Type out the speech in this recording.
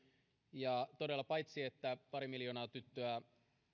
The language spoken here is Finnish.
ja todella paitsi että pari miljoonaa tyttöä